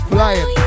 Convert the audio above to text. Flying